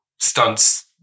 stunts